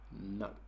No